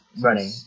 Running